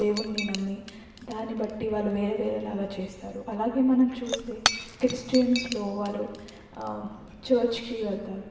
దేవున్ని నమ్మి దాన్ని బట్టి వాళ్ళు వేరే వేరే లాగా చేస్తారు అలాగే మనం చూస్తే క్రిస్టియన్స్లో వాళ్ళు చర్చ్కి వెళతారు